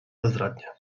bezradnie